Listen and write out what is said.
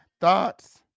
Thoughts